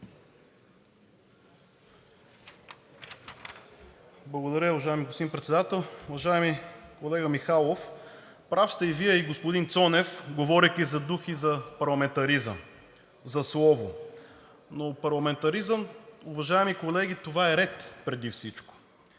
Благодаря, уважаеми господин Председател. Уважаеми колега Михайлов, прав сте и Вие, и господин Цонев, говорейки за дух и за парламентаризъм, за слово. Но парламентаризъм, уважаеми колеги, това е ред преди всичко.